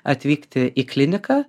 atvykti į kliniką